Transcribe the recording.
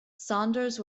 saunders